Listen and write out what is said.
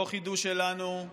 לא חידוש שלנו.